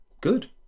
Good